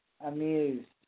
amused